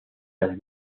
las